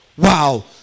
Wow